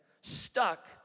Stuck